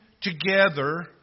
together